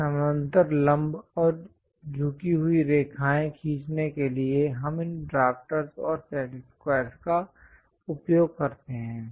एक समानांतर लंब और झुकी हुई रेखाएं खींचने के लिए हम इन ड्राफ्टर्स और सेट स्क्वायर का उपयोग करते हैं